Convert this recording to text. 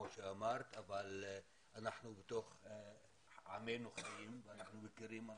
אבל בתוך עמנו אנחנו חיים ואנחנו מכירים אנשים.